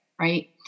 right